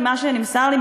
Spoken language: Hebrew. ממה שנמסר לי,